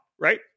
right